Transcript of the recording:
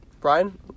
Brian